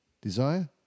desire